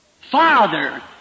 Father